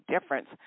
difference